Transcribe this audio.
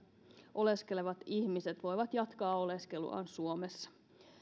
oleskelevat ihmiset voivat jatkaa oleskeluaan suomessa